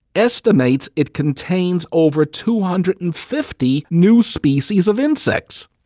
estimates it contains over two hundred and fifty new species of insects.